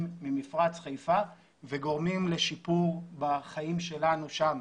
ממפרץ חיפה וגורמים לשיפור בחיים שלנו שם.